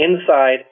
inside